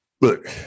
Look